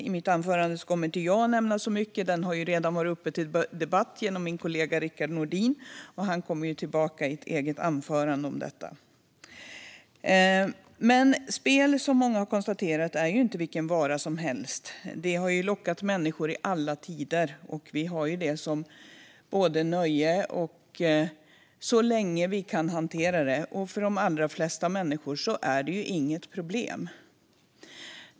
I mitt anförande kommer jag inte att nämna så mycket mer om detta, utan det har redan varit uppe till debatt genom min kollega Rickard Nordin, som kommer tillbaka till detta i ett eget anförande. Spel är, som många har konstaterat, inte vilken vara som helst. Det har lockat människor i alla tider, och vi har det som nöje så länge vi kan hantera det. För de allra flesta människor är det inte något problem.